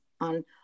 on